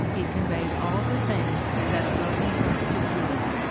it conveyed all the thanks that a broken heart could give.